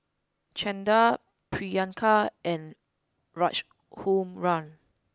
Chanda Priyanka and Raghuram